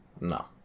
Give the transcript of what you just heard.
No